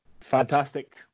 fantastic